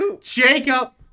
Jacob